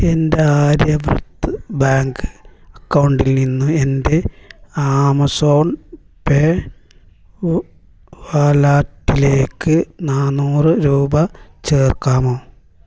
എൻ്റെ ആര്യവ്രത് ബാങ്ക് അക്കൗണ്ടിൽ നിന്ന് എൻ്റെ ആമസോൺ പേ വ വാലറ്റിലേക്ക് നാനൂറ് രൂപ ചേർക്കാമോ